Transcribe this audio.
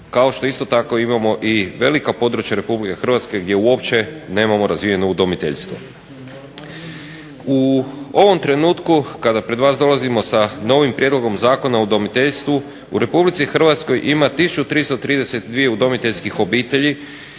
kao što isto tako imamo i velika područja Republike Hrvatske gdje uopće nemamo razvijeno udomiteljstvo. U ovom trenutku kada pred vas dolazimo sa novim Prijedlogom zakona o udomiteljstvu u Republici Hrvatskoj ima 1332 udomiteljskih obitelji